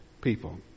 people